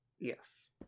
yes